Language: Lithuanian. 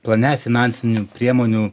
plane finansinių priemonių